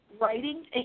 writing